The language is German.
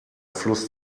fluss